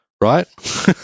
right